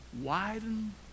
Widen